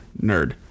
nerd